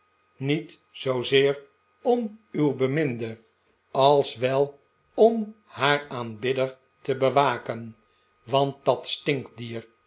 niet zoozeer om uw beminde als wel om haar aanbidder te bewaken want dat stinkdier